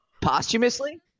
posthumously